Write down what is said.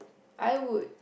I would